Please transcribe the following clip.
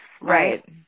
Right